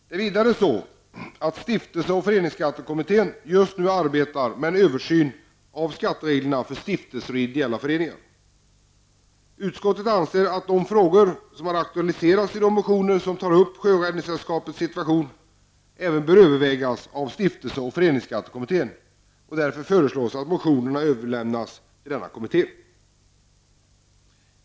Det är vidare så, att stiftelse och föreningsskattekommittén just nu arbetar med en översyn av skattereglerna för stiftelser och ideella föreningar. Utskottet anser att de frågor som har aktualiserats i de motioner som tar upp Sjöräddningssällskapets situation även bör övervägas av stiftelse och föreningsskattekommittén. Därför föreslår utskottet att motionerna överlämnas till denna kommitté.